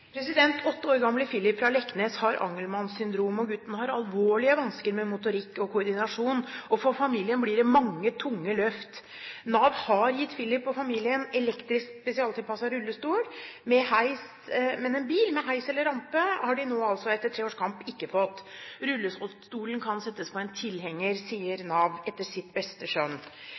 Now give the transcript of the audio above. Åtte år gamle Filip fra Leknes har Angelmans syndrom. Gutten har alvorlige vansker med motorikk og koordinasjon. For familien blir det mange tunge løft. Nav har gitt Filip og familien elektrisk spesialtilpasset rullestol, men en bil med heis eller rampe har de nå etter tre års kamp ikke fått. Rullestolen kan settes på en tilhenger, sier Nav – etter sitt beste skjønn.